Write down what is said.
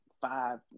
five